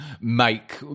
make